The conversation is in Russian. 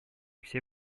все